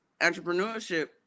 entrepreneurship